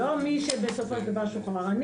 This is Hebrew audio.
לא מי שבסופו של דבר שוחרר.